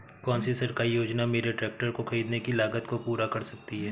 कौन सी सरकारी योजना मेरे ट्रैक्टर को ख़रीदने की लागत को पूरा कर सकती है?